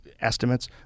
estimates